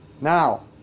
Now